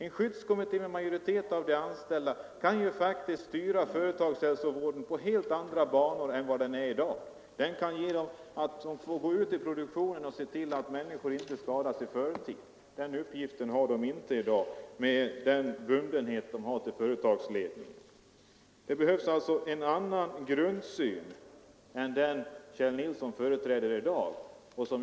En skyddskommitté med majoritet för de anställda kan faktiskt styra företagshälsovården i helt andra banor än vad den arbetar efter i dag, t.ex. genom att man går ut i produktionen och ser till att människorna inte förslits i förtid. Någon sådan uppgift har företagshälsovården inte i dag med sin bundenhet till företagsledningen. Det behövs alltså en annan grundsyn än den Kjell Nilsson i dag företräder.